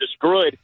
destroyed